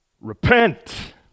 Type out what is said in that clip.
repent